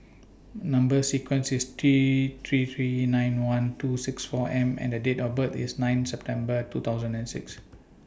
Number sequence IS T three three nine one two six four M and Date of birth IS nine September two thousand and six